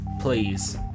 Please